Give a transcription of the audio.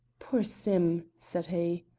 poor sim! said he.